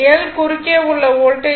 L குறுக்கே உள்ள voltage drop 39